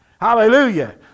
Hallelujah